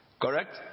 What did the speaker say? Correct